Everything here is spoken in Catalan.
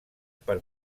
per